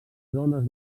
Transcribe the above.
zones